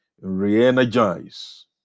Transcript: re-energize